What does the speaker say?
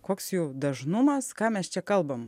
koks jų dažnumas ką mes čia kalbam